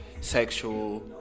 sexual